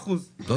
כפר סבא,